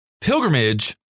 pilgrimage